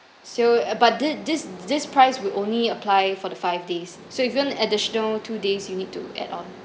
so uh but this this this price will only apply for the five days so if you want additional two days you need to add on